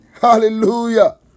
Hallelujah